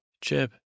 Chip